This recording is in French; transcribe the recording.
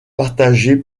partagé